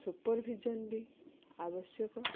supervision ବି ଆବଶ୍ୟକ